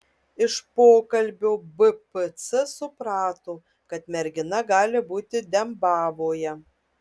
iš pokalbio bpc suprato kad mergina gali būti dembavoje